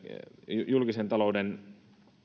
julkisen talouden